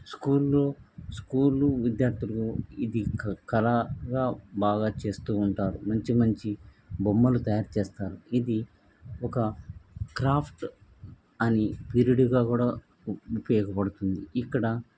స్కూల్లో స్కూలు విద్యార్థులు ఇది క కళగా బాగా చేస్తు ఉంటారు మంచి మంచి బొమ్మలు తయారు చేస్తారు ఇది ఒక క్రాఫ్ట్ అనిపీరియడ్గా కూడా ఉపయోగపడుతుంది ఇక్కడ